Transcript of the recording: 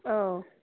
औ